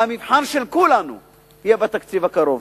והמבחן של כולנו יהיה בתקציב הקרוב.